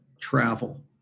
travel